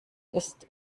ist